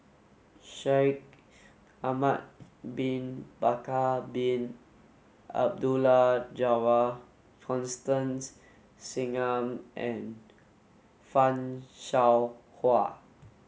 Shaikh Ahmad bin Bakar Bin Abdullah Jabbar Constance Singam and Fan Shao Hua